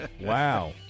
Wow